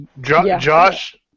Josh